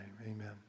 Amen